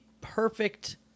perfect